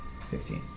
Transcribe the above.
fifteen